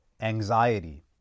anxiety